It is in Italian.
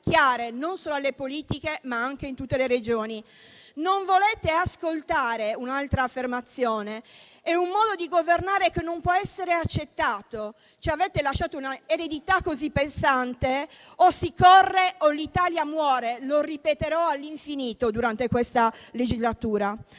non solo alle politiche, ma anche in tutte le Regioni. Non volete ascoltare un'altra affermazione: è un modo di governare che non può essere accettato. Ci avete lasciato un'eredità così pesante che o si corre o l'Italia muore, lo ripeterò all'infinito durante questa legislatura.